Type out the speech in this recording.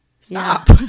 stop